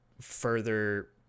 further